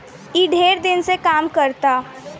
ई ढेर दिन से काम करता